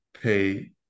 pay